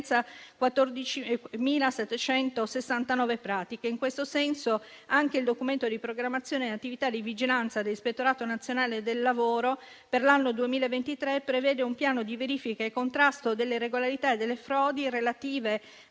14.769 pratiche. In questo senso, anche il documento di programmazione dell'attività di vigilanza dell'Ispettorato nazionale del lavoro per l'anno 2023 prevede un piano di verifiche e contrasto delle irregolarità e delle frodi relative